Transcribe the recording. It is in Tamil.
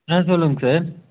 ஆ சொல்லுங்கள் சார்